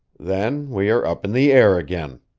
then we are up in the air again.